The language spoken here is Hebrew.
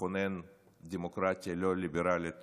לכונן דמוקרטיה לא ליברלית